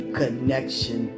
connection